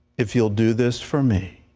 if you'll do this for me,